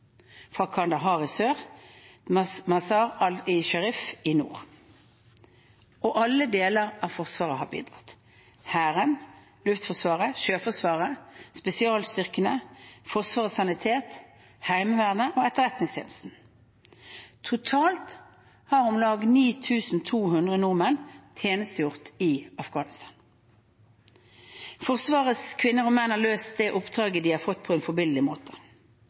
fra Kandahar i sør til Mazar-e-Sharif i nord. Alle deler av Forsvaret har bidratt: Hæren, Luftforsvaret, Sjøforsvaret, Spesialstyrkene, Forsvarets sanitet, Heimevernet og Etterretningstjenesten. Totalt har om lag 9 200 nordmenn tjenestegjort i Afghanistan. Forsvarets kvinner og menn har løst det oppdraget de har fått, på en forbilledlig måte.